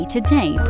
Today